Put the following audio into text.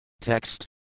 Text